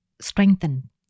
strengthen